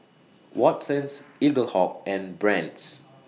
Watsons Eaglehawk and Brand's